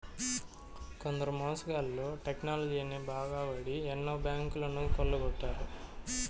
కొందరు మోసగాళ్ళు టెక్నాలజీని బాగా వాడి ఎన్నో బ్యాంకులను కొల్లగొట్టారు